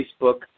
Facebook